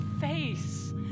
face